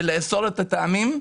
לאסור את הטעמים,